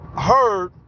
heard